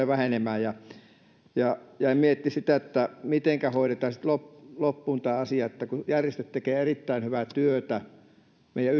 vähenemään jäin miettimään sitä mitenkä hoidetaan sitten loppuun tämä asia kun järjestöt tekevät erittäin hyvää työtä meidän